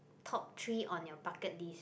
top three on your bucket list